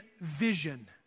vision